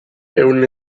ehun